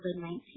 COVID-19